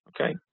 okay